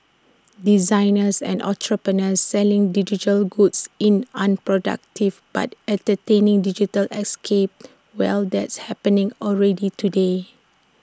designers and entrepreneurs selling digital goods in unproductive but entertaining digital escapes well that's happening already today